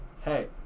hey